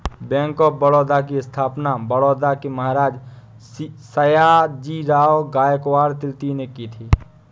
bank of Baroda की स्थापना बड़ौदा के महाराज सयाजीराव गायकवाड तृतीय ने की थी